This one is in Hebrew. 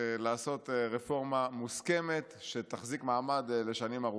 לעשות רפורמה מוסכמת, שתחזיק מעמד לשנים ארוכות.